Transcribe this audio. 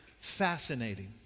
fascinating